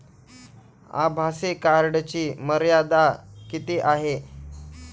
आभासी कार्डची मर्यादा किती आहे?